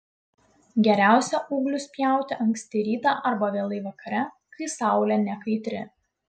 geriausia ūglius pjauti anksti rytą arba vėlai vakare kai saulė nekaitri